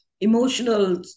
emotional